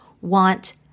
want